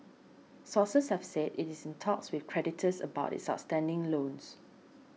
sources have said it is in talks with creditors about its outstanding loans